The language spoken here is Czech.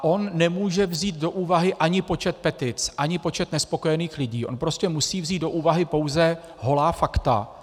On nemůže vzít do úvahy ani počet petic, ani počet nespokojených lidí, on prostě musí vzít do úvahy pouze holá fakta.